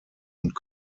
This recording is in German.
und